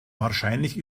wahrscheinlich